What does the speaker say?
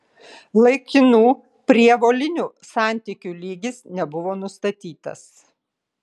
laikinų prievolinių santykių lygis nebuvo nustatytas